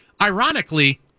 ironically